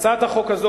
הצעת החוק הזו,